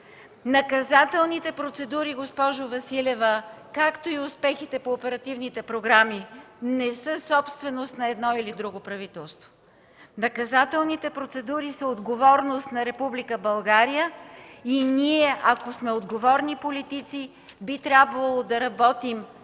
наказателните процедури, както и успехите по оперативните програми, не са собственост на едно или друго правителство. Наказателните процедури са отговорност на Република България и ние, ако сме отговорни политици, би трябвало да работим